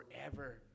forever